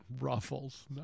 Ruffles